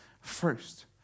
first